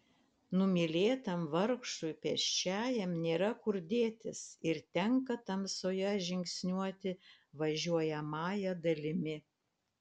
numylėtam vargšui pėsčiajam nėra kur dėtis ir tenka tamsoje žingsniuoti važiuojamąja dalimi